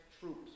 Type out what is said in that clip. troops